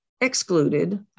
excluded